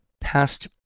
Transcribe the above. past